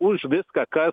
už viską kas